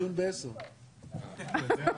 הדיון הבא יהיה בשעה 10:00. תודה רבה.